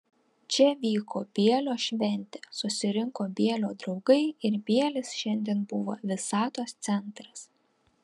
čia vyko bielio šventė susirinko bielio draugai ir bielis šiandien buvo visatos centras